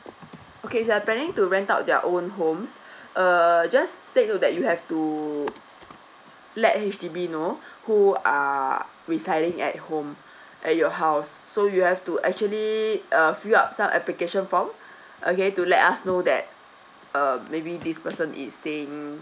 okay if they are planning to rent out their own homes err just take note that you have to let H_D_B know who are residing at home at your house so you have to actually uh fill up some application form okay to let us know that uh maybe this person is staying